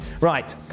Right